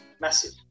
Massive